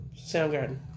Soundgarden